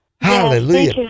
Hallelujah